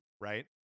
right